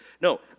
No